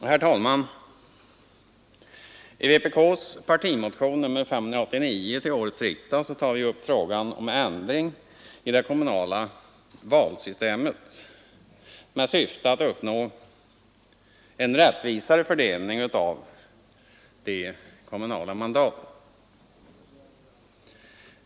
Herr talman! I vpks partimotion nr 589 till årets riksdag tar vi upp frågan om ändring i det kommunala valsystemet med syfte att uppnå en rättvisare fördelning av de kommunala mandaten.